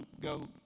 go